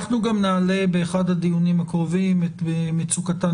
אנחנו גם נעלה באחד הדיונים הקרובים את מצוקתן